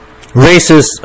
racist